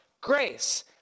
grace